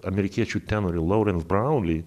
amerikiečių tenoru laurens brauli